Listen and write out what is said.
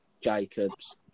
Jacobs